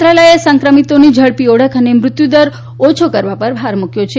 મંત્રાલયે સંક્રમિતની ઝડપી ઓળખ અને મૃત્યુદર ઓછો કરવા પર ભાર મૂક્યો છે